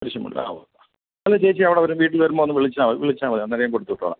കുരിശുമൂല ആ ഓ അല്ല ചേച്ചി അവിടെ വരും വീട്ടിൽ വരുമ്പോൾ ഒന്ന് വിളിച്ചാൽമതി വിളിച്ചാൽമതി അന്നേരം ഞാൻ കൊടുത്തു വിട്ടോളം